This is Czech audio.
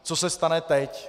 Co se stane teď?